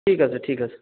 ঠিক আছে ঠিক আছে